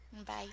-bye